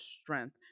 strength